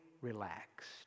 relaxed